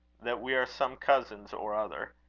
that we are some cousins or other.